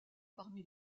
parmi